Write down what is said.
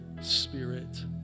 Spirit